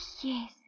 yes